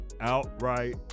outright